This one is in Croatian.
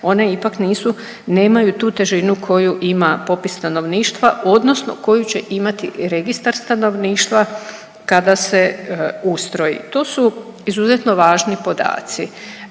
one ipak nisu, nemaju tu težinu koju ima popis stanovništva odnosno koju će imati registar stanovništva kada se ustroji, tu su izuzetno važni podaci.